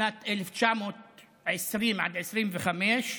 בשנת 1920 עד 1925,